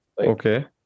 Okay